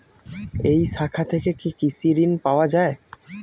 এই শাখা থেকে কি কৃষি ঋণ পাওয়া যায়?